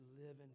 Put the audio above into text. living